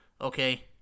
okay